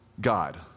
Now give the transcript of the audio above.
God